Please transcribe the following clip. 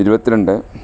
ഇരുപത്തി രണ്ട്